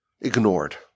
ignored